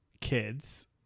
kids